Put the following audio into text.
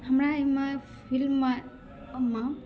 हमरा एहि मे फिल्म मे